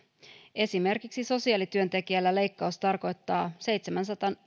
esimerkiksi sosiaalityöntekijällä leikkaus tarkoittaa seitsemänsadan